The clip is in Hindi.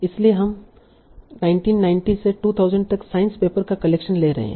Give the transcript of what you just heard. इसलिए हम 1990 से 2000 तक साइंस पेपर्स का कलेक्शन ले रहे हैं